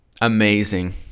Amazing